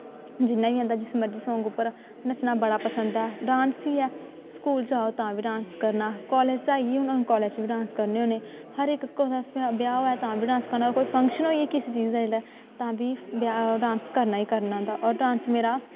जिन्ना बी आंदा जिस मर्जी सांग उप्पर नच्चना बड़ा पसंद ऐ डांस ई ऐ स्कूल च आओ तां बी डांस करना कालेज़ च आई गेई हून कालेज़ च बी डांस करने होन्ने हर इक कुसै दे ब्याह् होऐ तां बी डांस करना कोई फंक्शन होई गेआ किसे चीज़ दा जेल्लै तां बी ब्याह् डांस करना ई करना होंदा ते होर डांस मेरा